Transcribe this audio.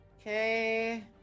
okay